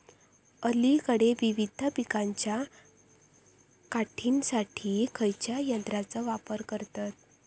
अलीकडे विविध पीकांच्या काढणीसाठी खयाच्या यंत्राचो वापर करतत?